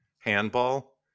Handball